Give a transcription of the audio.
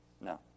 No